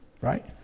right